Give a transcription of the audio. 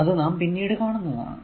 അത് നാം പിന്നീട് കാണുന്നതാണ്